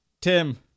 Tim